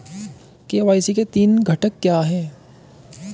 KYC के तीन घटक क्या हैं?